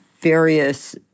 various